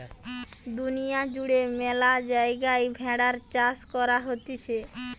দুনিয়া জুড়ে ম্যালা জায়গায় ভেড়ার চাষ করা হতিছে